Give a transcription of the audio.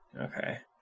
Okay